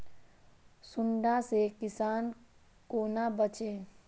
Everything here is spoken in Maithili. सुंडा से किसान कोना बचे?